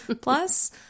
Plus